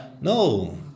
No